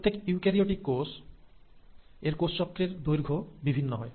প্রত্যেক ইউক্যারিওটিক কোষের কোষচক্রের দৈর্ঘ্য বিভিন্ন হয়